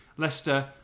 Leicester